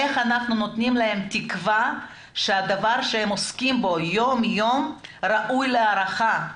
איך אנחנו נותנים להם תקווה שהדבר שהם עוסקים בו יום יום ראוי להערכה.